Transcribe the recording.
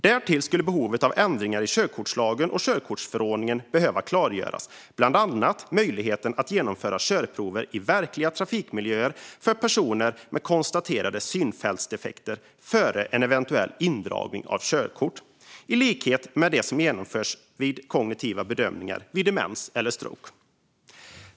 Därtill skulle behovet av ändringar i körkortslagen och körkortsförordningen behöva klargöras - bland annat möjligheten för personer med konstaterade synfältsdefekter att genomföra körprov i verklig trafikmiljö, liknande de som genomförs vid kognitiva bedömningar vid demens eller stroke, före en eventuell indragning av körkortet.